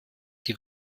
die